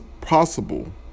possible